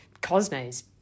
Cosmo's